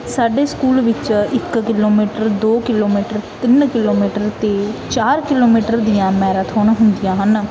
ਸਾਡੇ ਸਕੂਲ ਵਿੱਚ ਇੱਕ ਕਿਲੋਮੀਟਰ ਦੋ ਕਿਲੋਮੀਟਰ ਤਿੰਨ ਕਿਲੋਮੀਟਰ 'ਤੇ ਚਾਰ ਕਿਲੋਮੀਟਰ ਦੀਆਂ ਮੈਰਾਥੋਨ ਹੁੰਦੀਆਂ ਹਨ